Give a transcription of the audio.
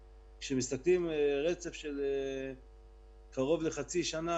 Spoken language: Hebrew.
כשמסתכלים על רצף של קרוב לחצי שנה,